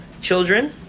children